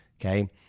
okay